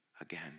again